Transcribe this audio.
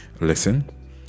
listen